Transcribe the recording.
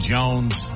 Jones